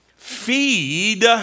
feed